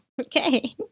Okay